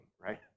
right